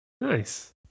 Nice